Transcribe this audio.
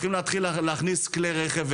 צריכים להתחיל להכניס כלי רכב,